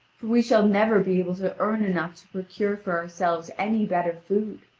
for we shall never be able to earn enough to procure for ourselves any better food.